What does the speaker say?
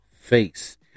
face